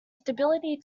stability